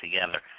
together